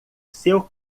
seu